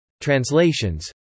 Translations